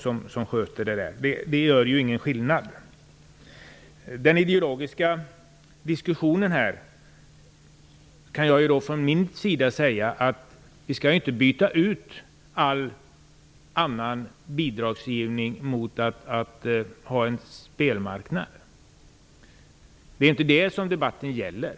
Vad gäller den ideologiska diskussionen vill jag säga att vi inte skall byta ut all bidragsgivning mot tillgång till en spelmarknad. Det är inte det som debatten gäller.